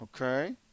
Okay